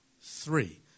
Three